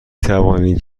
توانید